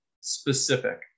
specific